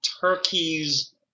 turkey's